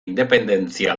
independentzia